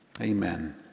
Amen